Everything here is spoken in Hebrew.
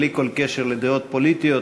בלי כל קשר לדעות פוליטיות,